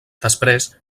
després